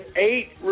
eight